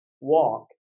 walk